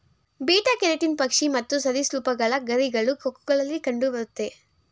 beta keratin ಪಕ್ಷಿ ಮತ್ತು ಸರಿಸೃಪಗಳ ಗರಿಗಳು, ಕೊಕ್ಕುಗಳಲ್ಲಿ ಕಂಡುಬರುತ್ತೆ